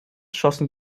schossen